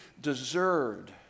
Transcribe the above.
deserved